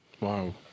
Wow